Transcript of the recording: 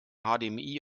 hdmi